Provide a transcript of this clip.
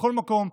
בכל מקום.